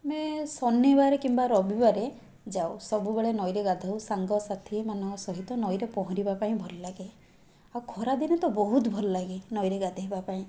ଆମେ ଶନିବାର କିମ୍ବା ରବିବାରେ ଯାଉ ସବୁବେଳେ ନଈରେ ଗାଧାଉ ସାଙ୍ଗସାଥିମାନଙ୍କ ସହିତ ନଈରେ ପହଁରିବା ପାଇଁ ଭଲଲାଗେ ଆଉ ଖରା ଦିନେ ତ ବହୁତ ଭଲଲାଗେ ନଈରେ ଗାଧେଇବା ପାଇଁ